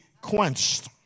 quenched